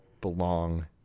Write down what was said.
belong